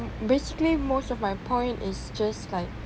basically most of my point is just like